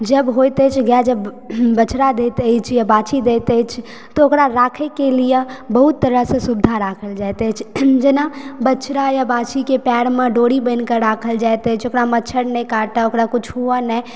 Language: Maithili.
जब होइत अछि गाय जब बछड़ा दैत अछि या बाछी दैत अछि तऽ ओकरा राखै के लिये बहुत सुविधा देल जाइत अछि जेना बछड़ा या बाछी के पयरमे डोरी बाइन्ह कऽ राखल जाइत अछि ओकरा मच्छड़ नहि काटय ओकरा किछु हुए नहि